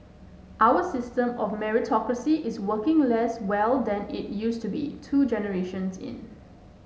our system of meritocracy is working less well than it used to two generations in